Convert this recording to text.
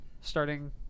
starting